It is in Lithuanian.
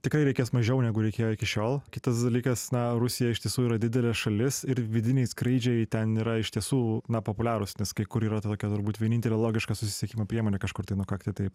tikrai reikės mažiau negu reikėjo iki šiol kitas dalykas na rusija iš tiesų yra didelė šalis ir vidiniai skrydžiai ten yra iš tiesų na populiarūs nes kai kur yra ta tokia turbūt vienintelė logiška susisiekimo priemonė kažkur tai nukakti taip